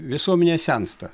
visuomenė sensta